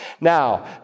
Now